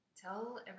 Tell